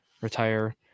retire